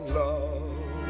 love